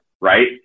right